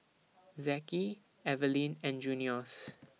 Zeke Eveline and Junious